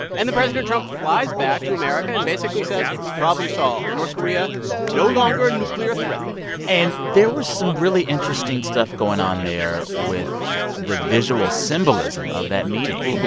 and then president trump flies back to america and basically says, problem solved. north korea no longer a nuclear threat and there was some really interesting stuff going on there with the visual symbolism of that meeting.